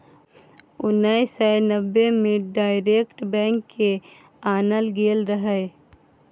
उन्नैस सय नब्बे मे डायरेक्ट बैंक केँ आनल गेल रहय